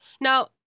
Now